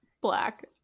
black